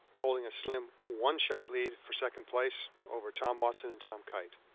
holding a slim one shot lead for second place over tom watson and tom kite.